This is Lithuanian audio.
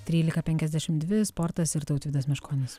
trylika penkiasdešim dvi sportas ir tautvydas meškonis